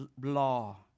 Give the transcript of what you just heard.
law